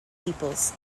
peoples